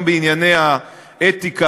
גם בענייני האתיקה,